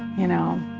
you know.